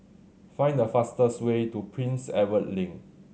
find the fastest way to Prince Edward Link